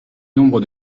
nombre